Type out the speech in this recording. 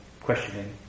questioning